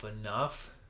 enough